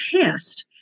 past